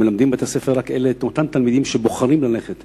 ומלמדים בבית-הספר רק את אותם תלמידים שבוחרים ללכת